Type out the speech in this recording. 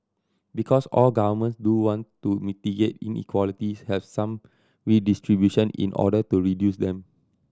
because all government do want to mitigate inequalities have some redistribution in order to reduce them